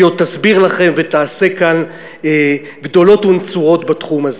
והיא עוד תסביר לכם ותעשה כאן גדולות ונצורות בתחום הזה.